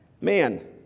Man